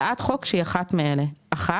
הצעת חוק שהיא אחת מאלה: (1)